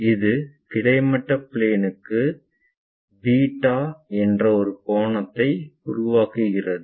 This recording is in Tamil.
இது கிடைமட்ட பிளேன்க்கு பீட்டா என்ற ஒரு கோணத்தை உருவாக்குகிறது